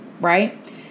Right